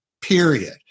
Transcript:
period